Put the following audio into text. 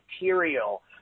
material